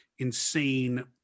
insane